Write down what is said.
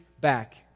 back